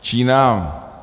Čína.